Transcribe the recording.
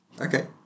Okay